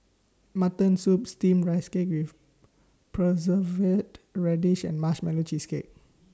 Mutton Soup Steamed Rice Cake with Preserved Radish and Marshmallow Cheesecake